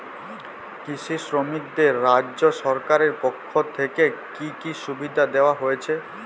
কৃষি শ্রমিকদের রাজ্য সরকারের পক্ষ থেকে কি কি সুবিধা দেওয়া হয়েছে?